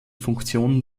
funktion